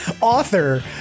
author